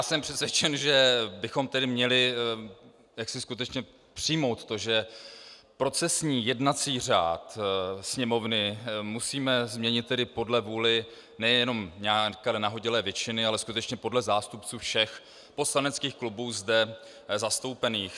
Jsem přesvědčen, že bychom tedy měli jaksi skutečně přijmout to, že procesní jednací řád Sněmovny musíme změnit podle vůle ne jenom podle nějaké nahodilé většiny, ale skutečně podle zástupců všech poslaneckých klubů zde zastoupených.